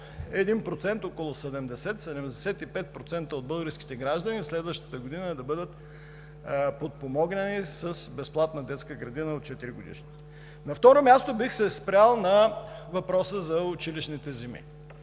около 70 – 75% от българските граждани следващата година да бъдат подпомогнати с безплатна детска градина за 4-годишните. На второ място, бих се спрял на въпроса за училищните земи.